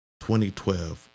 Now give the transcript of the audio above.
2012